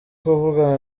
kuvugana